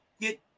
Get